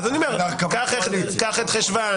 קח את חשוון